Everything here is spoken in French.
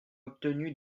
obtenu